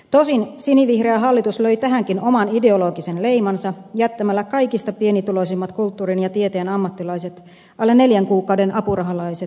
tosin sinivihreä hallitus löi tähänkin oman ideologisen leimansa jättämällä kaikista pienituloisimmat kulttuurin ja tieteen ammattilaiset alle neljän kuukauden apurahalaiset sosiaaliturvan ulkopuolelle